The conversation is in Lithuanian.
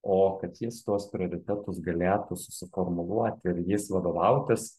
o kad jis tuos prioritetus galėtų susiformuluoti ir jais vadovautis